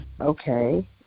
okay